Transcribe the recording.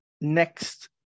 Next